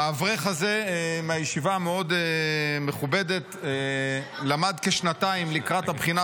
האברך הזה מהישיבה המאוד-מכובדת למד כשנתיים לקראת הבחינה,